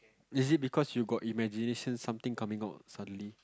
is it because you got imagination something coming up suddenly